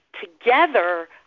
together